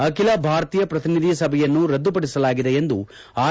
ಅಖಿಲ ಭಾರತೀಯ ಪ್ರತಿನಿಧಿ ಸಭೆಯನ್ನು ರದ್ದುಪಡಿಸಲಾಗಿದೆ ಎಂದು ಆರ್